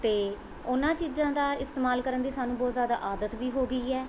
ਅਤੇ ਉਹਨਾਂ ਚੀਜ਼ਾਂ ਦਾ ਇਸਤੇਮਾਲ ਕਰਨ ਦੀ ਸਾਨੂੰ ਬਹੁਤ ਜ਼ਿਆਦਾ ਆਦਤ ਵੀ ਹੋ ਗਈ ਹੈ